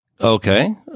Okay